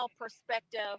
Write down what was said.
perspective